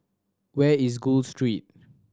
where is Gul Street